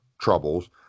troubles